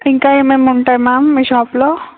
ఇంకా ఏమేం ఉంటాయి మ్యామ్ మీ షాప్లో